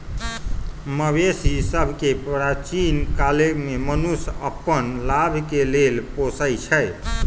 मवेशि सभके प्राचीन काले से मनुष्य अप्पन लाभ के लेल पोसइ छै